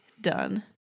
done